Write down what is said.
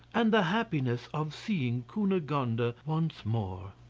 and the happiness of seeing cunegonde ah once more.